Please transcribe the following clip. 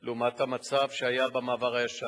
לעומת המצב שהיה במעבר הישן,